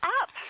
up